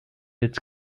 its